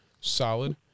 solid